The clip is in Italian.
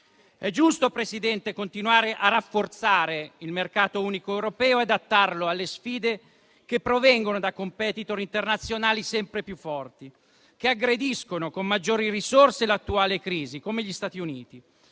È giusto, Presidente, continuare a rafforzare il mercato unico europeo e adattarlo alle sfide che provengono da *competitor* internazionali sempre più forti, che aggrediscono con maggiori risorse l'attuale crisi, come gli Stati Uniti,